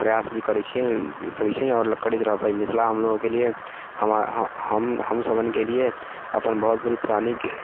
प्रयास भी करै छियनि करै छी आओर करैत रहबै मिथिला हमलोगोके लिए हम हमारा हमसभनके लिए अपन बहुत बड़ी पुराणिक